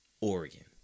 Oregon